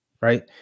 right